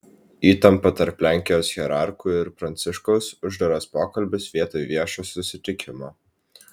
įtampa tarp lenkijos hierarchų ir pranciškaus uždaras pokalbis vietoj viešo susitikimo